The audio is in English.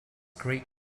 great